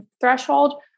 threshold